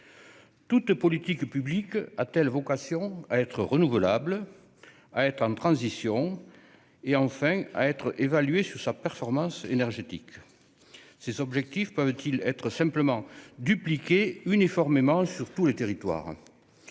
Toute politique publique a-t-elle vocation à être renouvelable, à être « en transition » et enfin à être évaluée au regard de sa performance énergétique ? Ces objectifs peuvent-ils être simplement dupliqués uniformément sur tous les territoires ?